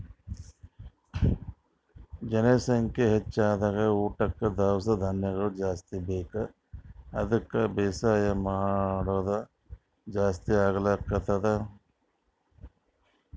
ಜನಸಂಖ್ಯಾ ಹೆಚ್ದಂಗ್ ಊಟಕ್ಕ್ ದವಸ ಧಾನ್ಯನು ಜಾಸ್ತಿ ಬೇಕ್ ಅದಕ್ಕ್ ಬೇಸಾಯ್ ಮಾಡೋದ್ ಜಾಸ್ತಿ ಆಗ್ಲತದ್